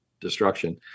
destruction